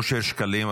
אושר שקלים,